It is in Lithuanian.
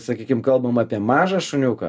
sakykim kalbam apie mažą šuniuką